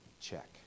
Check